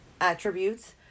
attributes